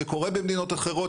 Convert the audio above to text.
זה קורה במדינות אחרות,